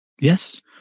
Yes